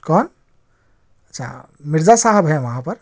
کون اچھا مرزا صاحب ہیں وہاں پر